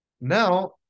now